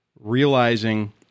realizing